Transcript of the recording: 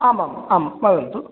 आमाम् आं वदन्तु